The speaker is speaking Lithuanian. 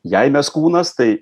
jei mes kūnas tai